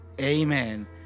Amen